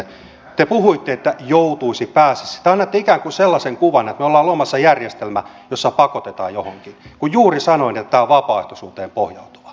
te puhuitte että joutuisi pääsisi te annatte ikään kuin sellaisen kuvan että me olemme luomassa järjestelmää jossa pakotetaan johonkin kun juuri sanoin että tämä on vapaaehtoisuuteen pohjautuva